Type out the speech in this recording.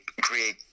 create